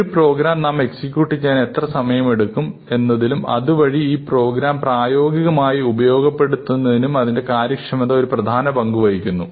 ഒരു പ്രോഗ്രാം നാം എക്സിക്യൂട്ട് ചെയ്യാൻ എത്ര സമയമെടുക്കും എന്നതിലും അതു അതുവഴി ഈ പ്രോഗ്രാം പ്രായോഗികമായി ഉപയോഗപ്പെടുത്തുന്നതിലും അതിൻറെ കാര്യക്ഷമത ഒരു പ്രധാന പങ്കു വഹിക്കുന്നു